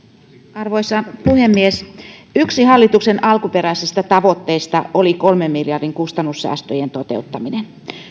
arvoisa puhemies yksi hallituksen alkuperäisistä tavoitteista oli kolmen miljardin kustannussäästöjen toteuttaminen